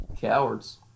Cowards